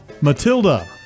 Matilda